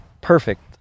perfect